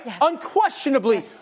Unquestionably